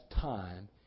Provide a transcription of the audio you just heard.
time